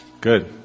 Good